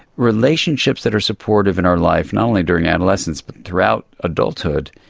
relationships that are supportive in our life, not only during adolescence but throughout adulthood,